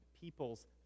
people's